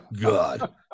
God